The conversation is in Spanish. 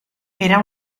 era